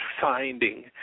finding